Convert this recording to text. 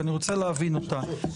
כי אני רוצה להבין אותה,